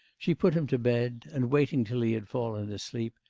she put him to bed, and, waiting till he had fallen asleep,